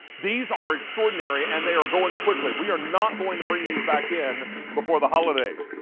these are extraordinary and they are going quickly, we are not going to bring these back in before the holidays.